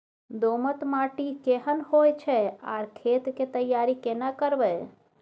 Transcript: दोमट माटी केहन होय छै आर खेत के तैयारी केना करबै?